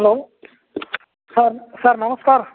hello sir sir ନମସ୍କାର